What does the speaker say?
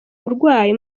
burwayi